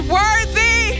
worthy